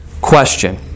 question